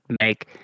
make